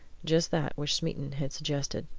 just that which smeaton had suggested.